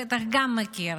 בטח גם מכיר,